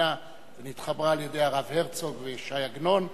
נתכוננה ונתחברה על-ידי הרב הרצוג וש"י עגנון,